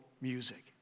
music